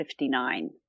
59